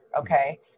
Okay